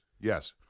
Yes